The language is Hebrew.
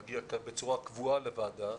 כמי שמגיע בצורה קבועה לוועדה,